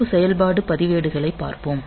சிறப்பு செயல்பாடு பதிவேடுகளை பார்ப்போம்